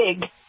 big